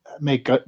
make